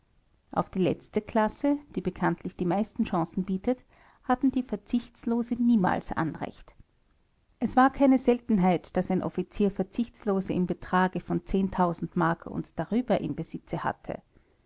auf die letzte klasse die bekanntlich die meisten chancen bietet hatten die verzichtlose niemals anrecht es war keine seltenheit daß ein offizier verzichtlose im betrage von mark und darüber im besitz hatte